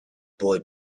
boy